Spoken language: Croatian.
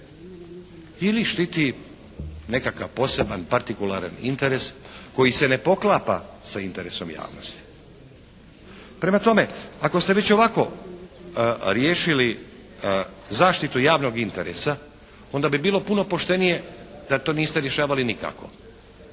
ili štiti nekakav poseban partikularan interes koji se ne poklapa sa interesom javnosti. Prema tome, ako ste već ovako riješili zaštitu javnog interesa onda bi bilo puno poštenije da to niste rješavali nikako.